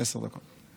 עשר דקות.